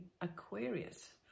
Aquarius